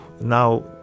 now